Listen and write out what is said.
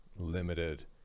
limited